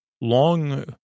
Long